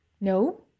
No